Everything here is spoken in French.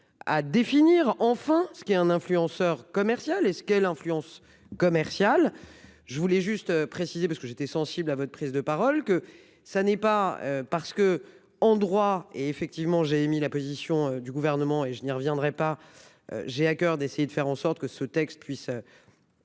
À définir enfin ce qui est un influenceur commercial et ce quelle influence commerciale. Je voulais juste préciser parce que j'étais sensible à votre prise de parole, que ça n'est pas parce que en droit et effectivement j'ai émis la position du gouvernement et je n'y reviendrai pas. J'ai à coeur d'essayer de faire en sorte que ce texte puisse.